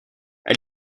elle